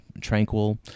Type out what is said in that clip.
tranquil